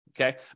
okay